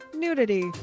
nudity